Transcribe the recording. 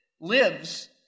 lives